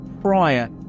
prior